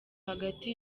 hagati